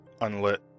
unlit